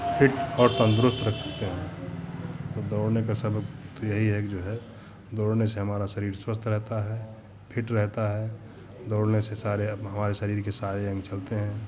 fit और तंदुरुस्त रख सकते हैं तो दौड़ने का सबक तो यही है कि जो है दौड़ने से हमारा शरीर स्वस्थ रहता है फ़िट रहता है दौड़ने से सारे अब हमारे शरीर के सारे अंग चलते हैं